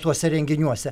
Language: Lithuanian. tuose renginiuose